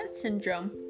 syndrome